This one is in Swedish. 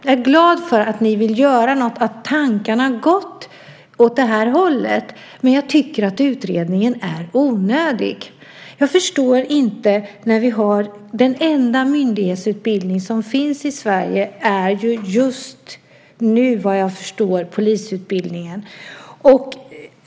Jag är glad för att ni vill göra något, att tankarna har gått åt det här hållet, men jag tycker att utredningen är onödig. Den enda myndighetsutbildning som finns i Sverige är ju just nu, vad jag förstår, polisutbildningen.